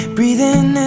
Breathing